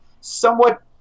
somewhat